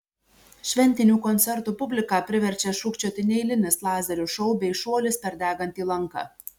šventinių koncertų publiką priverčia šūkčioti neeilinis lazerių šou bei šuolis per degantį lanką